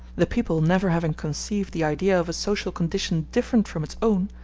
the people never having conceived the idea of a social condition different from its own,